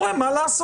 יורה מה לעשות.